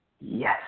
Yes